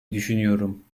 düşünüyorum